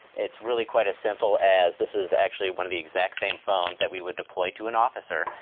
it's really quite as simple as this is actually one of the exact same phones that we would deploy to an officer.